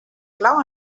clau